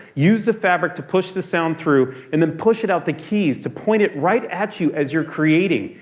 use the fabric to push the sound through, and then push it out the keys. to point it right at you as you're creating.